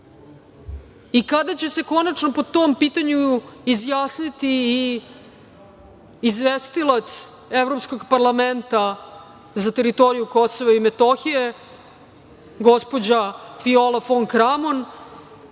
će se konačno po tom pitanju izjasniti izvestilac Evropskog parlamenta za teritoriju Kosova i Metohije, gospođa Viola fon Kramon,